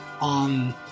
on